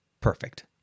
perfect